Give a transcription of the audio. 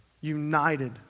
united